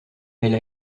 elle